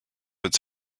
its